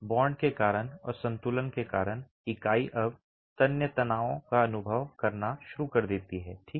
bond के कारण और संतुलन के कारण इकाई अब तन्य तनाव का अनुभव करना शुरू कर देती है ठीक है